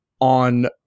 on